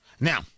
Now